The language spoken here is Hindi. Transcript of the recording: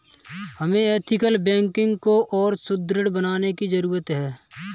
हमें एथिकल बैंकिंग को और सुदृढ़ बनाने की जरूरत है